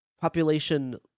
population